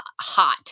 hot